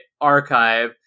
archive